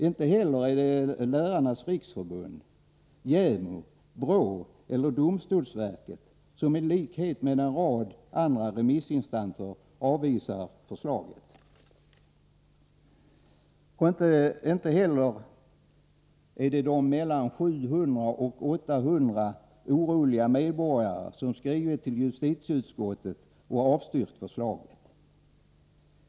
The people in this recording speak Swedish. Inte heller är det Lärarnas riksförbund, JämO, BRÅ eller domstolsverket, som i likhet med en rad andra remissinstanser avvisar förslaget, och inte är det de mellan 700 och 800 oroliga medborgare som skrivit till justitieutskottet och avstyrkt förslaget.